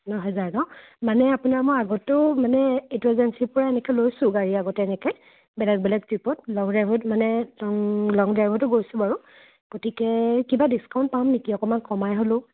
ন হাজাৰ ন মানে আপোনাৰ মই আগতেও মানে এইটো এজেঞ্চিৰ পৰা এনেকৈ লৈছোঁ গাড়ী আগতে এনেকৈ বেলেগ বেলেগ ট্ৰিপত লং ড্ৰাইভত মানে লং লং ড্ৰাইভতো গৈছোঁ বাৰু গতিকে কিবা ডিছকাউণ্ট পাম নেকি অকণমান কমাই হ'লেও